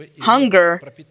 hunger